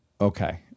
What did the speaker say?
Okay